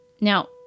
Now